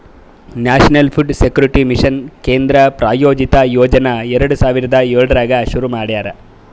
national food security mission ಕೇಂದ್ರ ಪ್ರಾಯೋಜಿತ ಯೋಜನಾ ಎರಡು ಸಾವಿರದ ಏಳರಾಗ್ ಶುರು ಮಾಡ್ಯಾರ